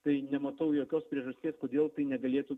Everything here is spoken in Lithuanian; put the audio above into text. tai nematau jokios priežasties kodėl tai negalėtų